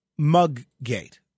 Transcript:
Muggate